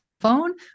phone